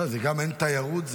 גם אין תיירות,